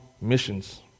missions